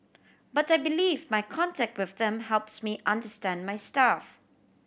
but I believe my contact with them helps me understand my staff